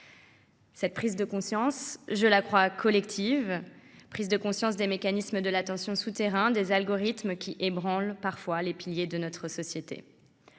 de la prise de conscience, que je crois collective, des mécanismes de l’attention souterrains et des algorithmes qui ébranlent parfois les piliers de notre société.